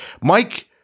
Mike